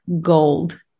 gold